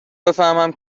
بفهمم